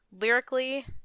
lyrically